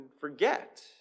forget